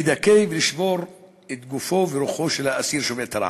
לדכא ולשבור את גופו ורוחו של האסיר שובת הרעב.